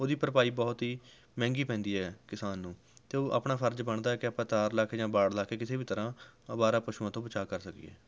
ਉਹ ਦੀ ਭਰਪਾਈ ਬਹੁਤ ਹੀ ਮਹਿੰਗੀ ਪੈਂਦੀ ਹੈ ਕਿਸਾਨ ਨੂੰ ਅਤੇ ਉਹ ਆਪਣਾ ਫਰਜ਼ ਬਣਦਾ ਹੈ ਕਿ ਆਪਾਂ ਤਾਰ ਲਾ ਕੇ ਜਾਂ ਵਾੜ ਲਾ ਕੇ ਕਿਸੇ ਵੀ ਤਰ੍ਹਾਂ ਅਵਾਰਾ ਪਸ਼ੂਆਂ ਤੋਂ ਬਚਾਅ ਕਰ ਸਕੀਏ